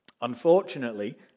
Unfortunately